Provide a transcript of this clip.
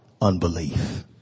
unbelief